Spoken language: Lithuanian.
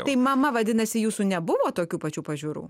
tai mama vadinasi jūsų nebuvo tokių pačių pažiūrų